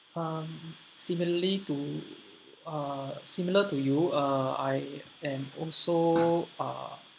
um similarly to uh similar to you uh I am also uh